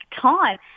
time